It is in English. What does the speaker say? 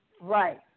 Right